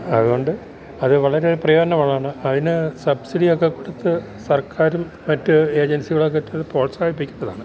അതുകൊണ്ട് അത് വളരെ പ്രയോജനമുള്ളതാണ് അതിന് സബ്സിഡി ഒക്കെ കൊടുത്ത് സർക്കാരും മറ്റ് ഏജൻസികളുമൊക്കെ ഇത് പ്രോത്സാഹിപ്പിക്കേണ്ടതാണ്